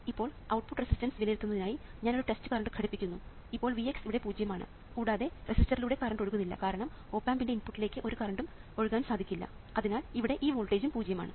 ഇപ്പോൾ output resistance വിലയിരുത്തുന്നതിനായി ഞാൻ ഒരു ടെസ്റ്റ് കറണ്ട് ഘടിപ്പിക്കുന്നു ഇപ്പോൾ Vx ഇവിടെ പൂജ്യം ആണ് കൂടാതെ റെസിസ്റ്ററിലൂടെ കറണ്ട് ഒഴുകുന്നില്ല കാരണം ഓപ് ആമ്പിൻറെ ഇൻപുട്ടിലേക്ക് ഒരു കറണ്ടും ഒഴുകാൻ സാധിക്കില്ല അതിനാൽ ഇവിടെ ഈ വോൾട്ടേജും പൂജ്യം ആണ്